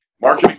Mark